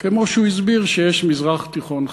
כמו שהוא הסביר שיש מזרח תיכון חדש,